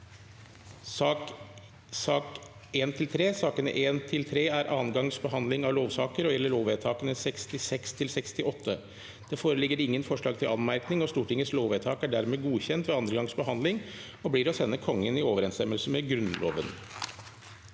nr. 1–3 er andre gangs behand- ling av lover og gjelder lovvedtakene 66 til og med 68. Det foreligger ingen forslag til anmerkning. Stortingets lovvedtak er dermed godkjent ved andre gangs behandling og blir å sende Kongen i overensstemmelse med Grunnloven.